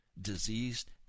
diseased